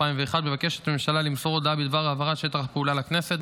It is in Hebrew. מבקשת הממשלה למסור הודעה בדבר העברת שטח הפעולה לכנסת.